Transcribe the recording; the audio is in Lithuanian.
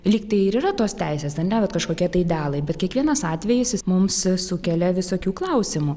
lyg tai ir yra tos teisės ar ne vat kažkokie tai idealai bet kiekvienas atvejis jis mums sukelia visokių klausimų